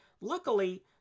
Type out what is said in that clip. Luckily